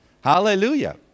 Hallelujah